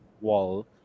wall